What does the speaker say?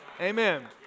Amen